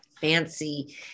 fancy